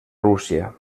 rússia